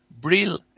Bril